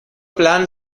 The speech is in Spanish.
plan